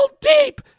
deep